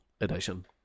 edition